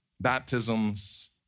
baptisms